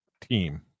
team